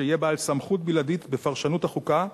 שיהיה בעל סמכות בלעדית בפרשנות החוקה,